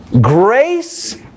Grace